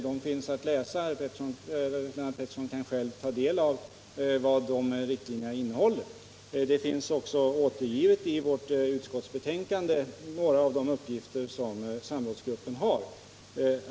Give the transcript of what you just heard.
De finns att läsa, och herr Pettersson kan själv ta del av vad riktlinjerna innehåller. I utskottsbetänkandet räknas också upp några av de uppgifter som samrådsgruppen har.